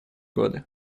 годы